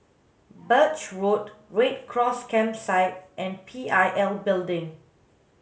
Birch Road Red Cross Campsite and P I L Building